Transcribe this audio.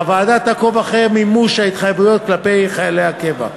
והוועדה תעקוב אחרי מימוש ההתחייבות כלפי חיילי הקבע.